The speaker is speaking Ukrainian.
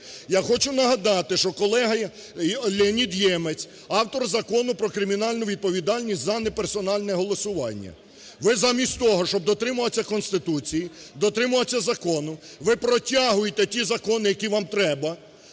Я хочу нагадати, що колега Леонід Ємець, автор Закону про кримінальну відповідальність за неперсональне голосування. Ви замість того, щоб дотримуватись Конституції, дотримуватись закону, ви протягуєте ті закони, які вам треба,